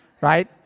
Right